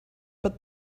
but